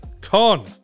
Con